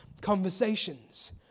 conversations